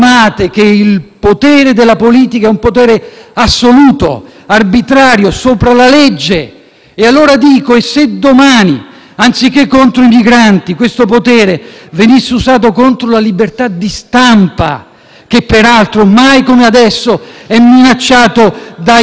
Allora chiedo: se domani, anziché contro i migranti, questo potere venisse usato contro la libertà di stampa, che peraltro mai come adesso è minacciata dai vostri tagli e dalle vostre politiche, o contro le minoranze? Vi ricorda qualcosa tutto questo?